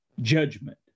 judgment